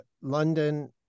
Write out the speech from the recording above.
London